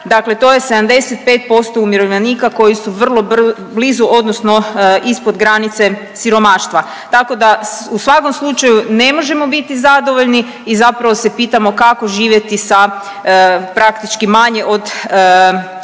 Dakle, to je 75% umirovljenika koji su vrlo blizu odnosno ispod granice siromaštva. Tako da u svakom slučaju ne možemo biti zadovoljni i zapravo se pitamo kako živjeti sa praktički manje od 3